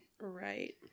Right